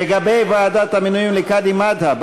לגבי ועדת המינויים לקאדים מד'הב,